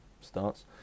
starts